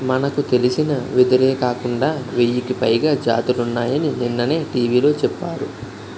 మనకు తెలిసిన వెదురే కాకుండా వెయ్యికి పైగా జాతులున్నాయని నిన్ననే టీ.వి లో చెప్పారు